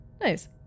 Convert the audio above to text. Nice